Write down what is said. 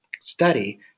study